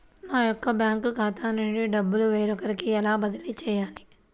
నా యొక్క బ్యాంకు ఖాతా నుండి డబ్బు వేరొకరికి ఎలా బదిలీ చేయాలి?